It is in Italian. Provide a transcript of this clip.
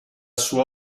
sua